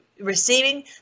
receiving